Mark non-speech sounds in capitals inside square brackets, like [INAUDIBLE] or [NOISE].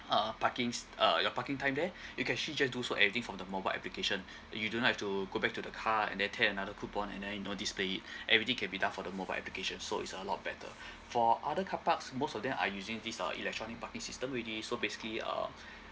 uh parking's uh your parking time there [BREATH] you can actually just do so everything from the mobile application you do not have to go back to the car and then tear another coupon and then you know display it everything can be done from the mobile application so is a lot better for other carparks most of them are using this uh electronic parking system already so basically um [BREATH]